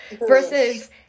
versus